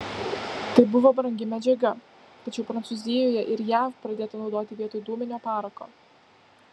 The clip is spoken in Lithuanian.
tai buvo brangi medžiaga tačiau prancūzijoje ir jav pradėta naudoti vietoj dūminio parako